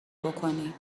بکنی